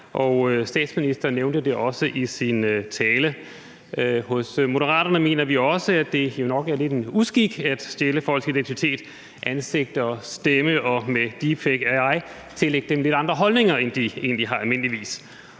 AI. Statsministeren nævnte det også i sin tale. Hos Moderaterne mener vi også, at jo nok er lidt en uskik at stjæle folks identitet, ansigter, stemme og med deepfake og AI tillægge dem lidt andre holdninger, end de egentlig har almindeligvis.